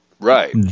Right